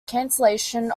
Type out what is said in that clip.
cancellation